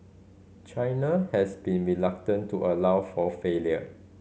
China has been reluctant to allow for failures